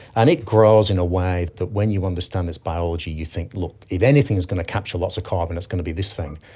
and it grows in a way that when you understand this biology you think, look, if anything is going to capture lots of carbon it's going to be this thing.